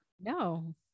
no